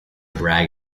bragg